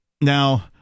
now